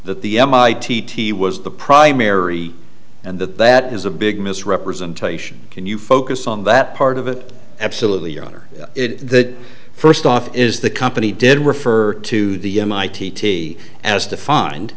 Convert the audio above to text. that the m i t t was the primary and that that is a big misrepresentation can you focus on that part of it absolutely your honor the first off is the company did refer to the mit as defined